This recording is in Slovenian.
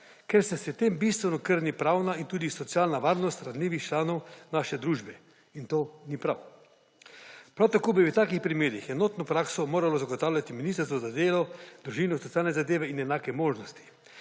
ker se s tem bistveno krni pravna in tudi socialna varnost ranljivih članov naše družbe in to ni prav. Prav tako bi v takih primerih enotno prakso moralo zagotavljati Ministrstvo za delo, družino, socialne zadeve in enake možnosti,